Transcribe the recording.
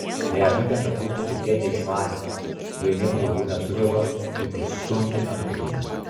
neapykantą kursto tokie neišmanėliai kurie nieko daugiau nesugeba tik užstumti ant kitų